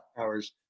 hours